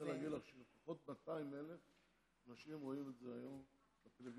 אני רוצה להגיד לך שלפחות 200,000 אנשים רואים את זה היום בטלוויזיה,